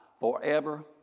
forever